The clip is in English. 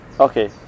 Okay